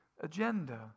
agenda